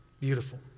Beautiful